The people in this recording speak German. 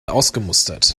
ausgemustert